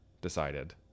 decided